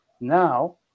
Now